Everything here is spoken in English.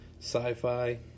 Sci-Fi